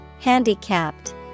Handicapped